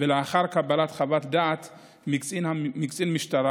ולאחר קבלת חוות דעת מקצין משטרה,